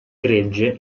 gregge